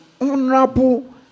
honorable